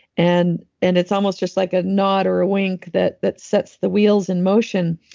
and and it's almost just like a nod or a wink that that sets the wheels in motion.